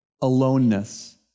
Aloneness